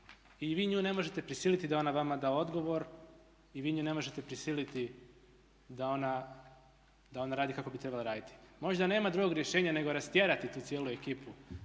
i vi nju ne možete prisiliti da ona vama da odgovor i vi nju ne možete prisiliti da ona radi kako bi trebala raditi. Možda nema drugog rješenja nego rastjerati tu cijelu ekipu